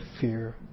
fear